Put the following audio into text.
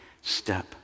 step